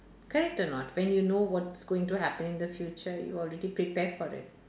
correct or not when you know what's going to happen in the future you already prepare for it